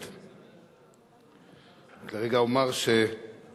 זה לא